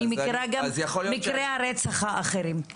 אני מכירה גם את מקרי הרצח האחרים.